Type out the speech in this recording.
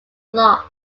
lost